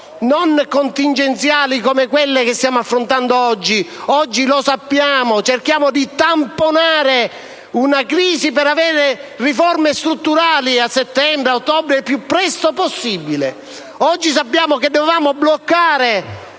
non contingenti, come quelle che stiamo proponendo oggi: oggi, lo sappiamo, cerchiamo di tamponare una crisi per avere riforme strutturali a settembre, a ottobre, il più presto possibile. Oggi sapevamo che dovevamo bloccare